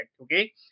Okay